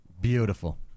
Beautiful